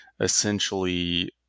essentially